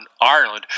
Ireland